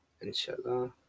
inshallah